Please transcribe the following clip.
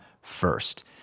first